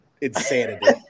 insanity